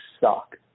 suck